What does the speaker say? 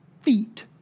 feet